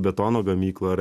betono gamyklą ar